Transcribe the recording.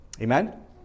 Amen